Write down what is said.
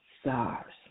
stars